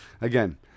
Again